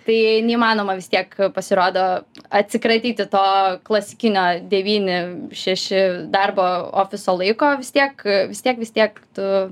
tai neįmanoma vis tiek pasirodo atsikratyti to klasikinio devyni šeši darbo ofiso laiko vis tiek vis tiek vis tiek tu